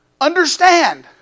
understand